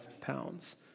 pounds